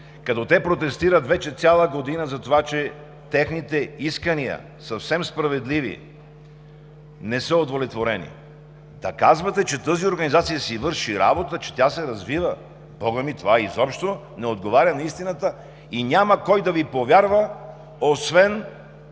като те протестират вече цяла година затова, че техните искания, съвсем справедливи, не са удовлетворени? Да казвате, че тази организация си върши работата, че тя се развива, бога ми, това изобщо не отговаря на истината и няма кой да Ви повярва освен